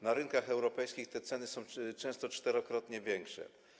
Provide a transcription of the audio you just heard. Na rynkach europejskich te ceny są często czterokrotnie większe.